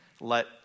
Let